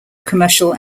commercial